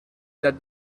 that